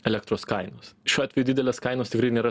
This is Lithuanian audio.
elektros kainos šiuo atveju didelės kainos tikrai nėra